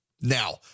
Now